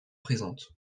présente